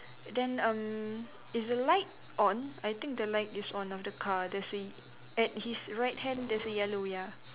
then um is the light on I think the light is on of the car there's a at his right hand there's a yellow ya